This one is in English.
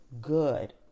good